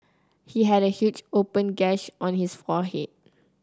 he had a huge open gash on his forehead